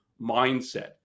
mindset